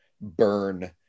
burn